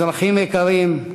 אזרחים יקרים,